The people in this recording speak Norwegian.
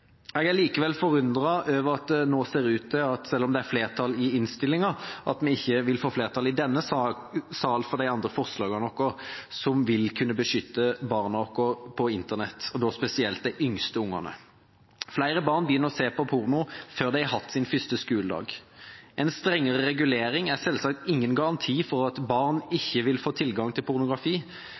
Jeg er likevel forundret over at det nå ser ut til, selv om det er flertall i innstillingen, at vi ikke vil få flertall i denne salen for de andre forslagene våre som vil kunne beskytte barna våre på internett, og da spesielt de yngste barna. Flere barn begynner å se porno før de har hatt sin første skoledag. En strengere regulering er selvsagt ingen garanti for at barn ikke vil få tilgang til pornografi,